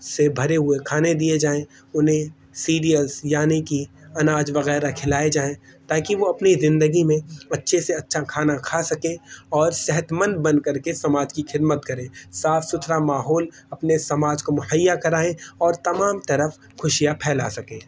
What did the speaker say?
سے بھرے ہوئے کھانے دیے جائیں انہیں سیریلس یعنی کہ اناج وغیرہ کھلائے جائیں تاکہ وہ اپنی زندگی میں اچھے سے اچھا کھانا کھا سکے اور صحتمند بن کر کے سماج کی خدمت کرے صاف ستھرا ماحول اپنے سماج کو مہیا کرائیں اور تمام طرف خوشیاں پھیلا سکیں